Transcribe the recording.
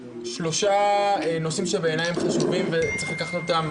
שלושה נושאים שחשובים בעיניי, וצריך לקחת אותם